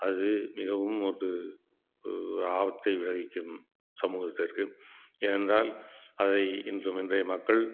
அது மிகவும் ஒரு ஒரு ஆபத்தை விளைவிக்கும் சமூகத்திற்கு ஏனென்றால் அதை இன்றும் இன்றைய மக்கள்